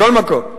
מכל מקום,